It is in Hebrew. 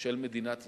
של מדינת ישראל,